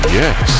yes